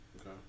Okay